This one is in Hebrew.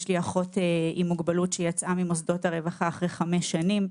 יש לי אחות עם מוגבלות שיצאה ממוסדות הרווחה אחרי חמש שנים,